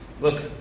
Look